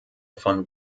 von